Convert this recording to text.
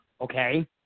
okay